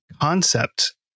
concept